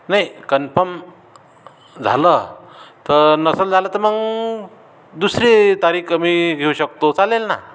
नाही कन्फर्म झालं तर नसेल झालं तर मग दुसरी तारीख आम्ही घेऊ शकतो चालेल ना